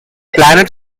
planet